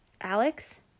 Alex